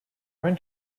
when